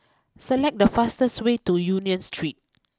select the fastest way to Union Street